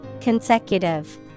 Consecutive